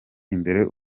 imbere